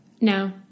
No